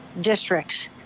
districts